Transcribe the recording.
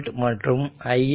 5t15 0